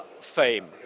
fame